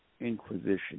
inquisition